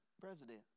president